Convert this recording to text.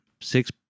Six